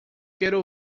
quero